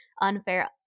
unfair